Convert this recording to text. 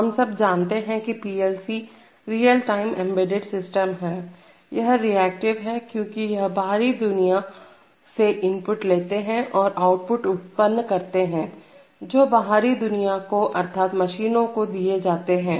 हम सब जानते हैं की PLC real time embedded system है यह रिएक्टिव है क्योंकि यह बाहरी दुनिया से इनपुट लेते हैं और आउटपुट उत्पन्न करते हैं जो बाहरी दुनिया को अर्थात मशीनों को दिए जाते हैं